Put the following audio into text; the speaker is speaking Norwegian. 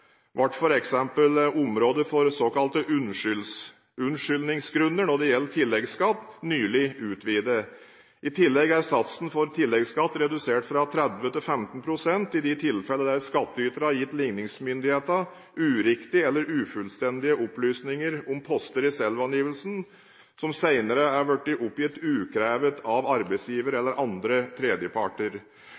for såkalte unnskyldningsgrunner når det gjelder tilleggsskatt, nylig utvidet. I tillegg er satsen for tilleggsskatt redusert fra 30 pst. til 15 pst. i de tilfellene der skattyter har gitt ligningsmyndighetene uriktige eller ufullstendige opplysninger om poster i selvangivelsen som senere er blitt oppgitt ukrevet av arbeidsgiver eller andre tredjeparter.